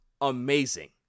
amazing